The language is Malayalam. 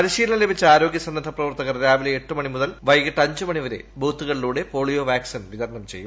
പരിശീലനം ലഭിച്ച ആരോഗ്യ സന്നദ്ധപ്രവർത്തകർ രാവിലെ എട്ടുമണി മുതൽ വൈകിട്ട് അഞ്ചു മണി വരെ ബൂത്തുകളിലൂടെ പ്പോളീയോ വാക്സിൻ വിതരണം ചെയ്യും